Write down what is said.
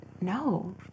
no